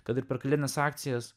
kad ir per kalėdines akcijas